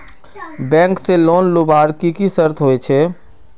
Bank से loan लुबार की की शर्त होचए?